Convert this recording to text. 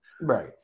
Right